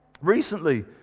recently